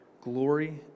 glory